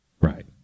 right